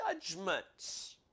judgments